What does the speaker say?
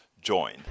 join